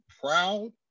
proud